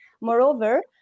Moreover